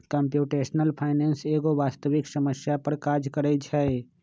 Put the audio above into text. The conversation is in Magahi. कंप्यूटेशनल फाइनेंस एगो वास्तविक समस्या पर काज करइ छै